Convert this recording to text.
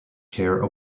care